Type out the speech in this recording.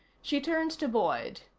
she turned to boyd.